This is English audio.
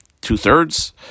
two-thirds